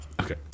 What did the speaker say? okay